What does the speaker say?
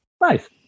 Nice